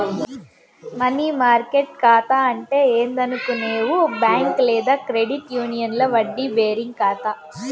money market కాతా అంటే ఏందనుకునేవు బ్యాంక్ లేదా క్రెడిట్ యూనియన్ల వడ్డీ బేరింగ్ కాతా